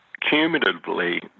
Cumulatively